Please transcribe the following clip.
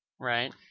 Right